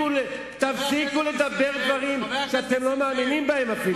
תפסיקו לדבר דברים שאתם לא מאמינים בהם.